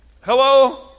Hello